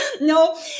No